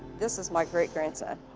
this is my great-grandson.